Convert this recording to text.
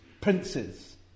princes